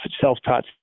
self-taught